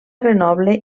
grenoble